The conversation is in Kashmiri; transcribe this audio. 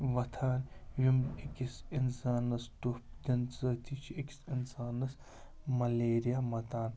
وۄتھان یِم أکِس اِنسانَس ٹوٚپھ دِنہٕ سۭتۍ چھِ أکِس اِنسانَس مَلیریا مَتان